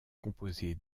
composés